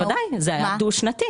בוודאי, זה היה דו שנתי.